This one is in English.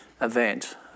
event